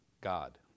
God